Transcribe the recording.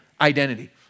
identity